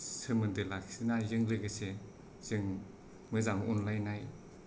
सोमोन्दो लाखिनायजों लोगोसे जों मोजां अनलायनाय